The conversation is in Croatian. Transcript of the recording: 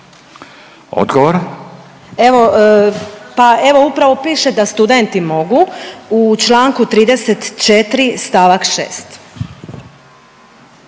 (HDZ)** Pa evo upravo piše da studenti mogu u članku 34. stavak 6.